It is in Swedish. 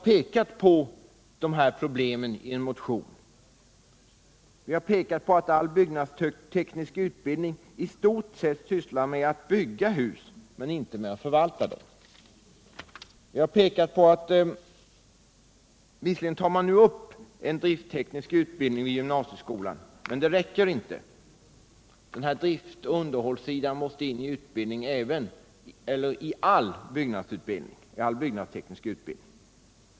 motion visat på dessa problem. Vi har pekat på att i stort sew all byggnadsteknisk utbildning sysslar med byggandet av hus och inte med förvaltningen av dem. Visserligen införs det nu en driftteknisk utbildning i gymnasieskolan, men det räcker inte. Drift och underhållssidan måste in i all byggnadsteknisk utbildning.